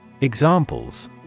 Examples